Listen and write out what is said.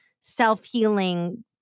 self-healing